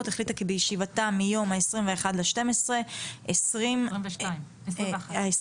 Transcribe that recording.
החליטה כי בישיבתה מיום ה-21 בדצמבר 2021 על